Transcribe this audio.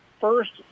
first